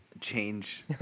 change